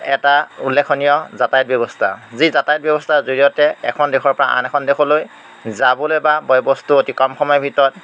এটা উল্লেখনীয় যাতায়াত ব্যৱস্থা যি যাতায়াত ব্যৱস্থাৰ জৰিয়তে এখন দেশৰপৰা আন এখন দেশলৈ যাবলৈ বা বয় বস্তু অতি কম সময়ৰ ভিতৰত